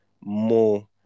more